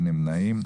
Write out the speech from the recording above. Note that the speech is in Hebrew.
אין נמנעים.